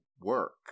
work